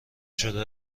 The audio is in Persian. شده